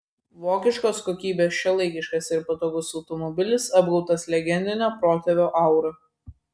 vokiškos kokybės šiuolaikiškas ir patogus automobilis apgaubtas legendinio protėvio aura